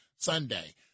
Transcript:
Sunday